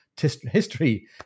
history